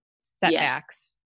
setbacks